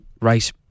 race